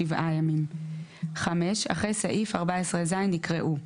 "שבעה ימים" ; (5) אחרי סעיף 14 ז יקראו: